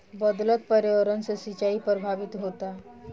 बदलत पर्यावरण से सिंचाई प्रभावित होता